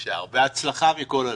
בהצלחה מכל הלב.